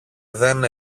δεν